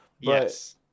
Yes